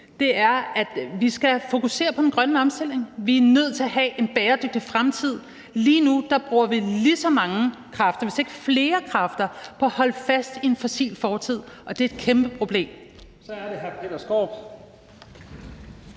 om, at vi skal fokusere på den grønne omstilling. Vi er nødt til at have en bæredygtig fremtid. Lige nu bruger vi lige så mange hvis ikke flere kræfter på at holde fast i en fossil fortid, og det er et kæmpe problem. Kl. 20:56 Første